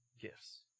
gifts